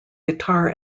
guitar